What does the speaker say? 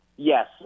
Yes